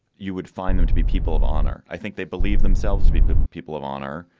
you would find them to be people of honor. i think they believe themselves to be people of honor.